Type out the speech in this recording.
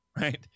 right